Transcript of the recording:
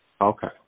Okay